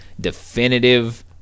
definitive